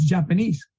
Japanese